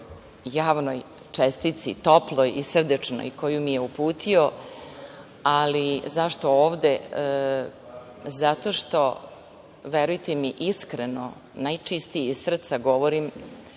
javnoj čestitki, toploj i srdačnoj koju mi je uputio. Ali, zašto ovde? Zato što verujte mi iskreno, najčistije iz srca govorim,